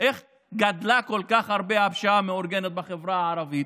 לכך שהפשיעה המאורגנת בחברה הערבית